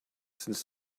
since